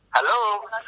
Hello